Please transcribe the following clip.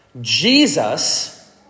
Jesus